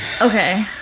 Okay